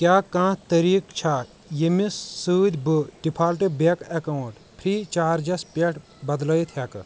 کیٛاہ کانٛہہ طریٖقہٕ چھا ییٚمہِ سۭتۍ بہٕ default bank account free charges پٮ۪ٹھ بدلٲوتھ ہیٚکہٕ